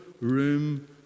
room